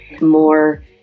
more